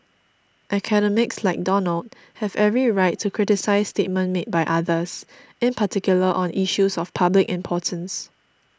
academics like Donald have every right to criticise statements made by others in particular on issues of public importance